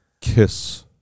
kiss